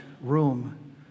room